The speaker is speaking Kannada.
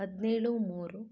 ಹದಿನೇಳು ಮೂರು